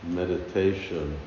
meditation